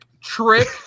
Trick